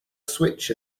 switch